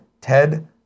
Ted